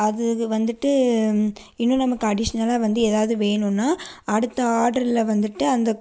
அது வந்துட்டு இன்னும் நமக்கு அடிஷ்னலாக வந்து எதாவது வேணுனா அடுத்த ஆட்ரில் வந்துட்டு அந்த